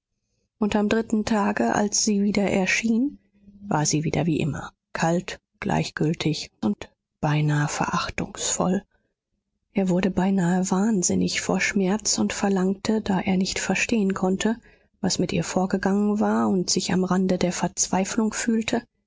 und am dritten tage als sie wieder erschien war sie wieder wie immer kalt gleichgültig und beinahe verachtungsvoll er wurde beinahe wahnsinnig vor schmerz und verlangte da er nicht verstehen konnte was mit ihr vorgegangen war und sich am rande der verzweiflung fühlte